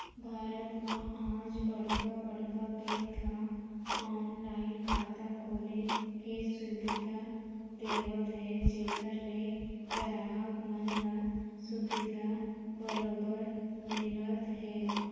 भारत म आज बड़का बड़का बेंक ह ऑनलाइन खाता खोले के सुबिधा देवत हे जेखर ले गराहक मन ल सुबिधा बरोबर मिलत हे